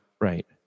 Right